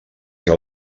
què